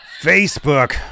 facebook